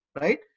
right